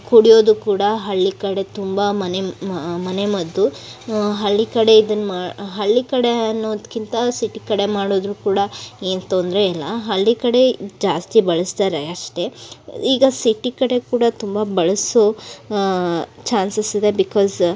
ಕುಡಿಯೋದು ಕೂಡ ಹಳ್ಳಿ ಕಡೆ ತುಂಬ ಮನೆ ಮನೆ ಮದ್ದು ಹಳ್ಳಿ ಕಡೆ ಇದನ್ನು ಮಾ ಹಳ್ಳಿ ಕಡೆ ಅನ್ನೋದಕ್ಕಿಂತ ಸಿಟಿ ಕಡೆ ಮಾಡಿದ್ರು ಕೂಡ ಏನು ತೊಂದರೆಯಿಲ್ಲಾ ಹಳ್ಳಿ ಕಡೆ ಜಾಸ್ತಿ ಬಳಸ್ತಾರೆ ಅಷ್ಟೇ ಈಗ ಸಿಟಿ ಕಡೆ ಕೂಡ ತುಂಬ ಬಳಸೋ ಚಾನ್ಸಸ್ ಇದೆ ಬಿಕಾಸ್